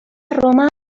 roma